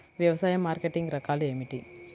వ్యవసాయ మార్కెటింగ్ రకాలు ఏమిటి?